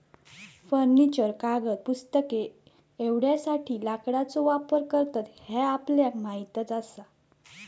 furniture, कागद, पुस्तके एवढ्यासाठी लाकडाचो वापर करतत ह्या आपल्याक माहीतच आसा